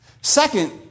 Second